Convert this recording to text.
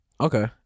Okay